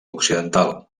occidental